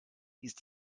ist